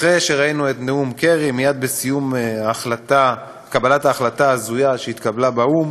אחרי שראינו את נאום קרי מייד בסיום קבלת ההחלטה ההזויה שהתקבלה באו"ם,